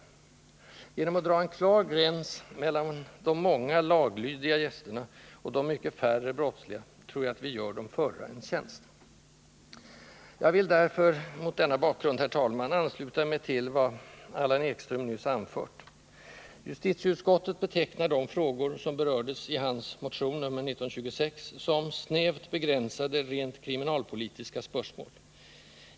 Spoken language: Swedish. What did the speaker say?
Genom att dra en klar gräns mellan de många laglydiga gästerna och de mycket färre brottsliga tror jag att vi gör de förra en tjänst. Jag vill mot denna bakgrund, herr talman, ansluta mig till vad Allan Ekström nyss anförde. Jus itieutskottet betecknar de frågor som berörts i hans motion 1926 som ”snävt begränsade, rent kriminalpolitiska spörsmål”.